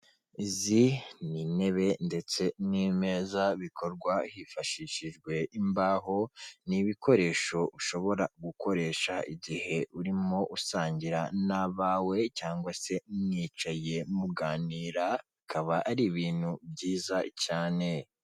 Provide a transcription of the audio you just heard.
Izi ni intebe ndetse n'imeza bikorwa hifashishijwe imbaho, ni ibikoresho ushobora gukoresha igihe urimo usangira n'abawe cyangwa se mwicaye muganira, akaba ari ibintu byiza cyane.